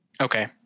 Okay